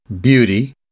beauty